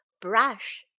Brush